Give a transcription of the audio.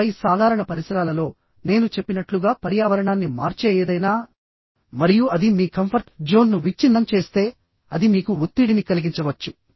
ఆపై సాధారణ పరిసరాలలో నేను చెప్పినట్లుగా పర్యావరణాన్ని మార్చే ఏదైనామరియు అది మీ కంఫర్ట్ జోన్ ను విచ్ఛిన్నం చేస్తే అది మీకు ఒత్తిడిని కలిగించవచ్చు